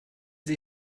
sie